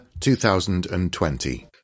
2020